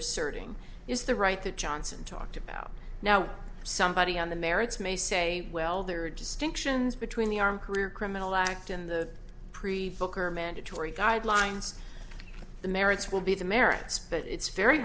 asserting is the right that johnson talked about now somebody on the merits may say well there are distinctions between the our career criminal act in the pre book or mandatory guidelines the merits will be the merits but it's very